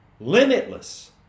Limitless